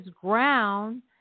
ground